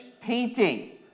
painting